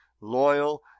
loyal